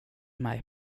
med